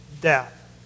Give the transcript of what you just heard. death